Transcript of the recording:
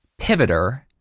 pivoter